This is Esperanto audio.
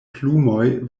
plumoj